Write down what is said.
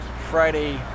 Friday